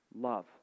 Love